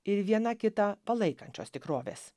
ir viena kitą palaikančios tikrovės